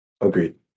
Agreed